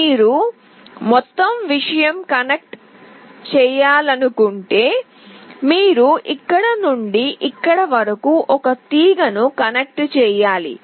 మీరు మొత్తం విషయం కనెక్ట్ చేయాలనుకుంటే మీరు ఇక్కడ నుండి ఇక్కడ వరకు ఒక తీగను కనెక్ట్ చేయాలి